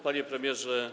Panie Premierze!